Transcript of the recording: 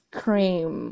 cream